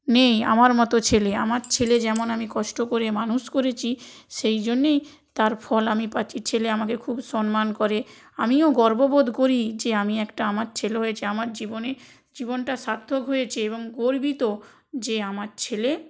নেই আমার মতো ছেলে আমার ছেলে যেমন আমি কষ্ট করে মানুষ করেছি সেই জন্যেই তার ফল আমি পাচ্ছি ছেলে আমাকে খুব সন্মান করে আমিও গর্ববোধ করি আমি একটা আমার ছেলে হয়েছে আমার জীবনে জীবনটা সার্থক হয়েছে এবং গর্বিত যে আমার ছেলে